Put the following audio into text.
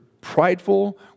prideful